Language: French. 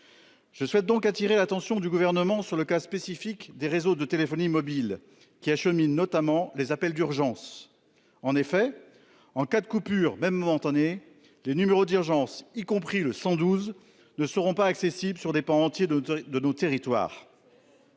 Je souhaite donc attirer l'attention du gouvernement sur le cas spécifique des réseaux de téléphonie mobile qui achemine notamment les appels d'urgence. En effet, en cas de coupure même entonné les numéros d'urgence, y compris le 112 ne seront pas accessibles sur des pans entiers de de nos territoires.